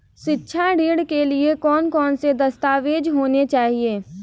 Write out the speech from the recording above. शिक्षा ऋण के लिए कौन कौन से दस्तावेज होने चाहिए?